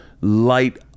light